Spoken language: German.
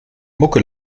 mucke